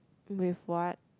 with what